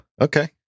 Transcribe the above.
Okay